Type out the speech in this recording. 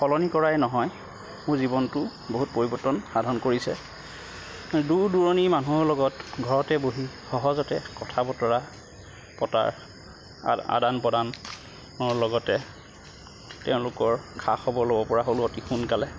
সলনি কৰাই নহয় মোৰ জীৱনটো বহুত পৰিৱৰ্তন সাধন কৰিছে দূৰ দূৰণি মানুহৰ লগত ঘৰতে বহি সহজতে কথা বতৰা পতাৰ আদান প্ৰদানৰ লগতে তেওঁলোকৰ খা খবৰ ল'ব পৰা হ'লোঁ অতি সোনকালে